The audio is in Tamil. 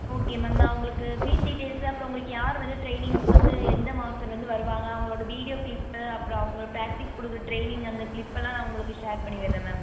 ஓகே மேம் நான் உங்களுக்கு ஃபீஸ் டீடைல்ஸ்ஸு அப்புறம் உங்களுக்கு யார் வந்து ட்ரெயினிங்க்கு வந்து எந்த மாஸ்டர் வந்து வருவாங்க அவங்களோட வீடியோ க்ளிப்பு அப்புறம் அவங்க ப்ராக்டிஸ் கொடுக்குற ட்ரெயினிங் அந்த க்ளிப்பெல்லாம் நான் உங்களுக்கு ஷேர் பண்ணி விடுறேன் மேம்